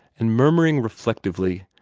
and murmuring reflectively,